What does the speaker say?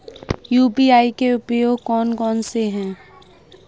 UPI के उपयोग कौन कौन से हैं?